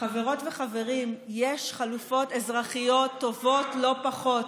חברות וחברים, יש חלופות אזרחיות טובות לא פחות.